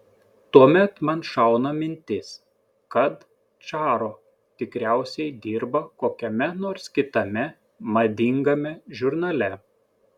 tuomet man šauna mintis kad čaro tikriausiai dirba kokiame nors kitame madingame žurnale